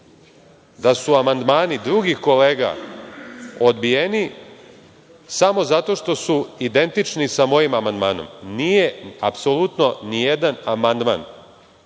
da su amandmani drugih kolega odbijeni samo zato što su identični sa mojim amandmanom. Nije apsolutno nijedan amandman